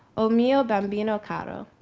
o mio babbino caro,